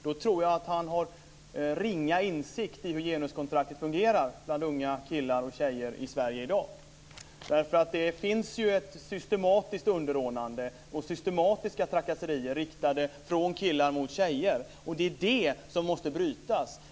Då tror jag att han har ringa insikt i hur genuskontraktet fungerar bland unga killar och tjejer i Det finns nämligen ett systematiskt underordnande, och systematiska trakasserier riktade från killar mot tjejer. Det är det som måste brytas.